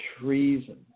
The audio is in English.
treason